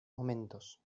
momentos